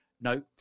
No